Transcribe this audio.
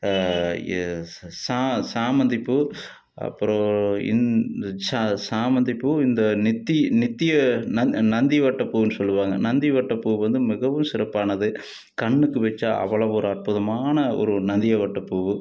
ஏ சா சாமந்திப்பூ அப்புறம் இந்த சா சாமந்திப்பூ இந்த நித்தி நித்திய நந் நந்திவட்ட பூவுன்னு சொல்லுவாங்க நந்திவட்ட பூ வந்து மிகவும் சிறப்பானது கண்ணுக்கு வச்சா அவ்வளவு ஒரு அற்புதமான ஒரு நந்தியாவட்ட பூ